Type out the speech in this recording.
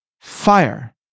Fire